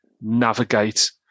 navigate